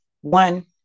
one